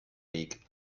weg